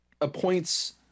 appoints